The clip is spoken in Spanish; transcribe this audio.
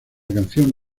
canción